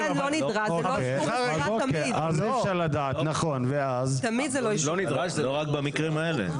לא נדרש, זה לא רק במקרים האלה.